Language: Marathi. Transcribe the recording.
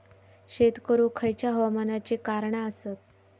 शेत करुक खयच्या हवामानाची कारणा आसत?